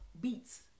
beats